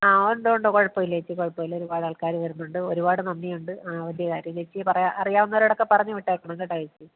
ആ ഉണ്ട് ഉണ്ട് കുഴപ്പമില്ല ചേച്ചി കുഴപ്പമില്ല ഒരുപാട് ആൾക്കാർ വരുന്നുണ്ട് ഒരുപാട് നന്ദിയുണ്ട് അതിൻറേതായിട്ട് ചേച്ചി പറയുക അറിയാവുന്നവരോടൊക്കെ പറഞ്ഞ് വിട്ടേക്കണം കേട്ടോ ചേച്ചി